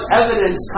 evidence